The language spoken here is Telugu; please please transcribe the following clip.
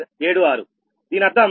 76 దీనర్థం ఇది మీ 0